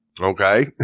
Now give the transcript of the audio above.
okay